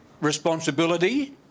responsibility